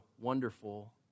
wonderful